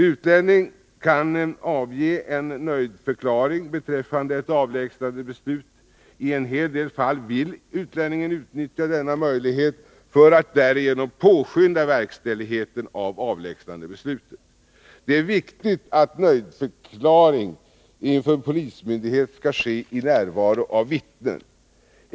Utlänning kan avge en nöjdförklaring beträffande ett avlägsnandebeslut. I en hel del fall vill utlänningen utnyttja denna möjlighet för att därigenom påskynda verkställigheten av avlägsnandebeslutet. Det är viktigt att nöjdförklaring inför polismyndighet skall ske i närvaro av vittnen.